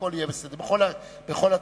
הכול יהיה בסדר, בכל התחומים.